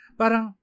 parang